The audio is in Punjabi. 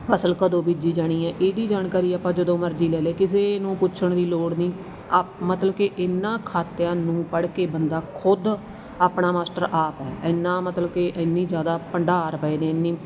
ਫ਼ਸਲ ਕਦੋਂ ਬੀਜੀ ਜਾਣੀ ਹੈ ਇਹਦੀ ਜਾਣਕਾਰੀ ਆਪਾਂ ਜਦੋਂ ਮਰਜੀ ਲੈ ਲੇ ਕਿਸੇ ਨੂੰ ਪੁੱਛਣ ਦੀ ਲੋੜ ਨਹੀਂ ਅਪ ਮਤਲਬ ਕਿ ਇਨ੍ਹਾਂ ਖਾਤਿਆਂ ਨੂੰ ਪੜ੍ਹ ਕੇ ਬੰਦਾ ਖੁਦ ਆਪਣਾ ਮਾਸਟਰ ਆਪ ਹੈ ਇੰਨਾ ਮਤਲਬ ਕਿ ਇੰਨੇ ਜ਼ਿਆਦਾ ਭੰਡਾਰ ਪਏ ਨੇ ਇੰਨੀ